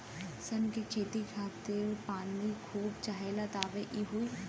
सन के खेती खातिर पानी खूब चाहेला तबे इ होई